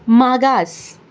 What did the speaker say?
मागास